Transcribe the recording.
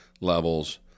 levels